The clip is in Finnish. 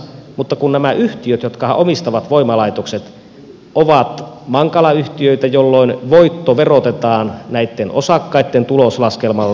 mutta kun nämä yhtiöt jotka omistavat voimalaitokset ovat mankala yhtiöitä voitto verotetaan näitten osakkaitten tuloslaskelmalla